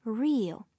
real